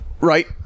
Right